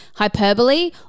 Hyperbole